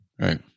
Right